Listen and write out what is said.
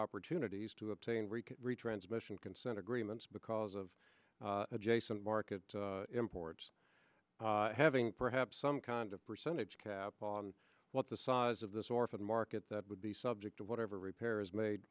opportunities to obtain rico retransmission consent agreements because of adjacent market imports having perhaps some kind of percentage cap on what the size of this or for the market that would be subject to whatever repair is made